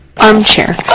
Armchair